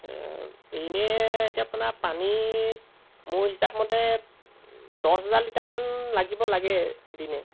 এনেই এতিয়া আপোনাৰ পানী মোৰ হিচাপমতে দছ হেজাৰ লিটাৰমান লাগিব লাগে দিনে